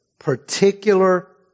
particular